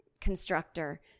constructor